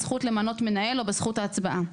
בזכות למנות מנהל או בזכות ההצבעה,